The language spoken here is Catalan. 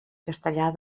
castellar